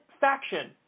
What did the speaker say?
faction